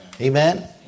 Amen